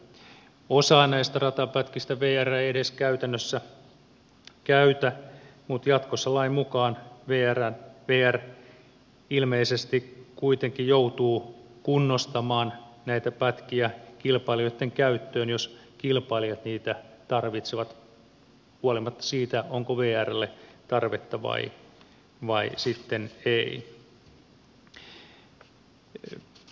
osaa näistä ratapätkistä vr ei edes käytännössä käytä mutta jatkossa lain mukaan vr ilmeisesti kuitenkin joutuu kunnostamaan näitä pätkiä kilpailijoitten käyttöön jos kilpailijat niitä tarvitsevat huolimatta siitä onko vrlle tarvetta vai sitten ei